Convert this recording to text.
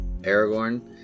Aragorn